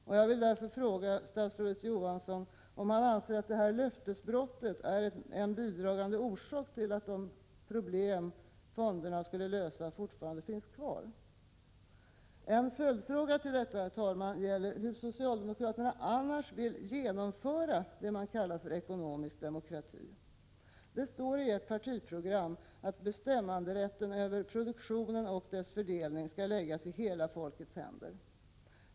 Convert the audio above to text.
En följdfråga, herr talman, gäller hur socialdemokraterna annars vill genomföra det man kallar för ekonomisk demokrati. Det står i ert partiprogram att bestämmanderätten över produktionen och dess fördelning skall läggas i hela folkets händer.